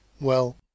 Well